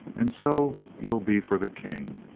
and so you'll be for the king.